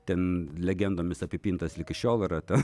ten legendomis apipintas ligi šiol yra ten